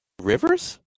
Rivers